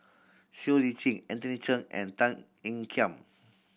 Siow Lee Chin Anthony Chen and Tan Ean Kiam